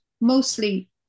mostly